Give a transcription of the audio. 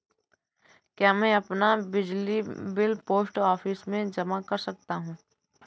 क्या मैं अपना बिजली बिल पोस्ट ऑफिस में जमा कर सकता हूँ?